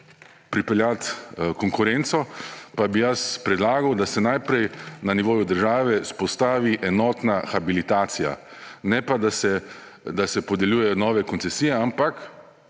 pripeljati konkurenco, pa bi predlagal, da se najprej na nivoju države vzpostavi enotna habilitacija, ne pa, da se podeljujejo nove koncesije, ampak